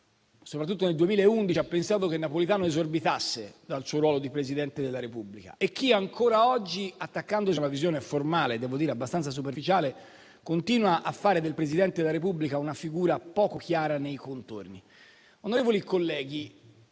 soprattutto nel 2011, ha pensato che Napolitano esorbitasse dal suo ruolo di Presidente della Repubblica e chi ancora oggi, attaccandosi a una visione formale e direi abbastanza superficiale, continua a fare del Presidente della Repubblica una figura dai contorni